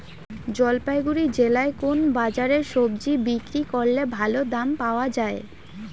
জলপাইগুড়ি জেলায় কোন বাজারে সবজি বিক্রি করলে ভালো দাম পাওয়া যায়?